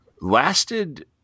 lasted